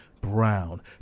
brown